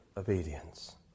obedience